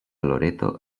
loreto